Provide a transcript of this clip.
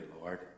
Lord